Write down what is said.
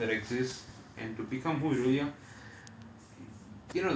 are the parts of ourselves and we don't even know that exists and to become who you really are